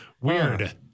Weird